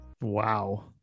Wow